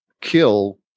kill